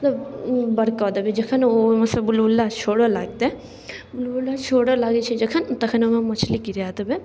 मतलब बरकऽ देबै जखन ओहिमेसँ बुलबुला छोड़ऽ लागतै बुलबुला छोड़ऽ लागै छै जखन तखन ओहिमे मछली गिरा देबै